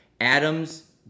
Adams